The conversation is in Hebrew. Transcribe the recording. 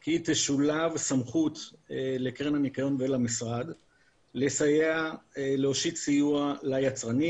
כי תשולב סמכות לקרן הניקיון ולמשרד להושיט סיוע ליצרנים,